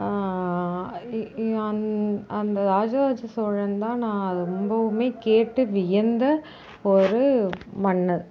என் அந்த ராஜராஜ சோழன் தான் நான் ரொம்பவுமே கேட்டு வியந்த ஒரு மன்னர்